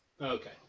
Okay